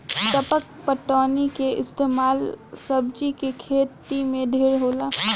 टपक पटौनी के इस्तमाल सब्जी के खेती मे ढेर होला